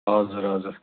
हजुर हजुर